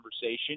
conversation